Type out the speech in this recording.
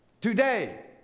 Today